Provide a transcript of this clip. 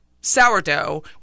sourdough